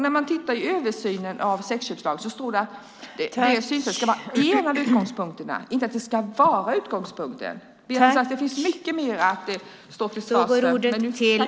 När man tittar i översynen av sexköpslagen ser man att det står att det synsättet ska vara en av utgångspunkterna, inte att det ska vara utgångspunkten. Beatrice Ask! Det finns mycket mer att stå till svars för.